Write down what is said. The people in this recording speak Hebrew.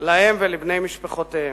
להם ולבני משפחותיהם.